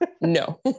No